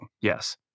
Yes